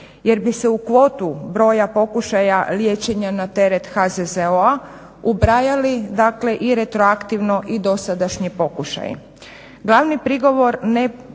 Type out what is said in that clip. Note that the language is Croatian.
jer bi se u kvotu broja pokušaja liječenja na teret HZZO-a ubrajali i retroaktivno i dosadašnji pokušaji.